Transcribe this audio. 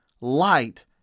Light